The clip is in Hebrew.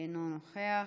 אינו נוכח.